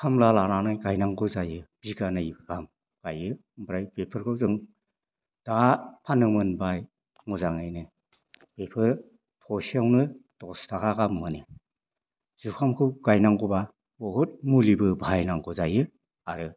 खामला लानानै गायनांगौ जायो बिगानै गाहाम गायो बेफोरखौ जों दायो फाननो मोनबाय मोजाङैनो बेफोर थसेआवनो दसथाखा गाहाम माने जुखामखौ गायनांगौबा जोबोद मुलिबो बाहायनांगौ जायो आरो